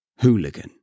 hooligan